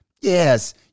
Yes